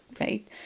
Right